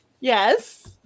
Yes